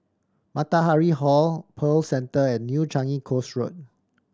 Matahari Hall Pearl Centre and New Changi Coast Road